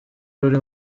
ruri